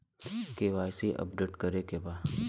KYC update करे के बा?